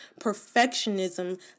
perfectionism